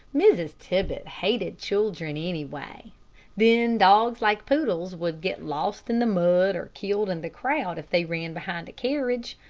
mrs. tibbett hated children, anyway. then dogs like poodles would get lost in the mud, or killed in the crowd if they ran behind a carriage.